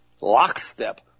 lockstep